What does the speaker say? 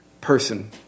person